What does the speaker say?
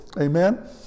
Amen